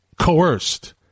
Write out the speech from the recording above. coerced